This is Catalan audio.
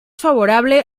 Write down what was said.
favorable